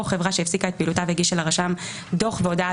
או חברה שהפסיקה את פעילותה והגישה לרשם דוח והודעה